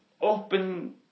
open